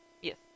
Yes